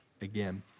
again